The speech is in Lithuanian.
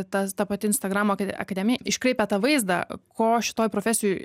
tas ta pati instagramo aka akademija iškreipia tą vaizdą ko šitoj profesijoj